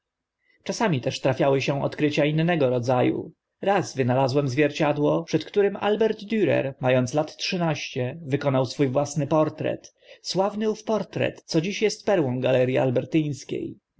czasem też trafiały się odkrycia innego rodza u raz wynalazłem zwierciadło przed którym albrecht drer ma ąc lat trzynaście wykonał swó własny portret sławny ów portret co dziś est perłą galerii